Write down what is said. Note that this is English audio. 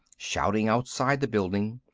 shouting outside the building.